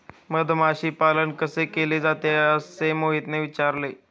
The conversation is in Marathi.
मधमाशी पालन कसे केले जाते? असे मोहितने विचारले